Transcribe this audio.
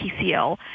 PCL